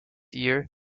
year